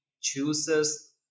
chooses